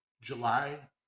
July